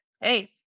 hey